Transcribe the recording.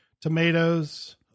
tomatoes